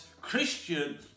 Christian